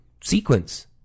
sequence